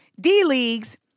D-Leagues